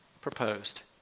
proposed